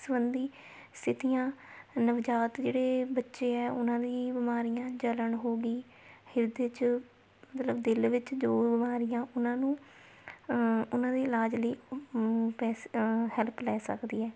ਸੰਬੰਧੀ ਸਿੱਧੀਆਂ ਨਵਜਾਤ ਜਿਹੜੇ ਬੱਚੇ ਹੈ ਉਹਨਾਂ ਦੀ ਬਿਮਾਰੀਆਂ ਜਲਣ ਹੋ ਗਈ ਹਿਰਦੇ 'ਚ ਮਤਲਬ ਦਿਲ ਵਿੱਚ ਜੋ ਬਿਮਾਰੀਆਂ ਉਹਨਾਂ ਨੂੰ ਉਹਨਾਂ ਦੇ ਇਲਾਜ ਲਈ ਪੈਸ ਹੈਲਪ ਲੈ ਸਕਦੀ ਹੈ